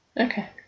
okay